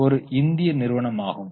இது ஒரு இந்திய நிறுவனமாகும்